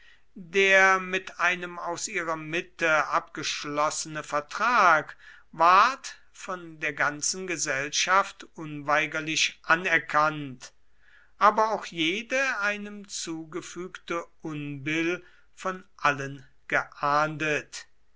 der mit einem aus ihrer mitte abgeschlossene vertrag ward von der ganzen gesellschaft unweigerlich anerkannt aber auch jede einem zugefügte unbill von allen geahndet